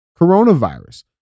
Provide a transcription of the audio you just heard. coronavirus